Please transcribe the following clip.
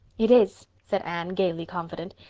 it is, said anne, gaily confident.